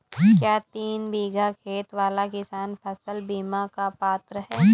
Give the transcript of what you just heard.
क्या तीन बीघा खेत वाला किसान फसल बीमा का पात्र हैं?